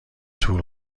طول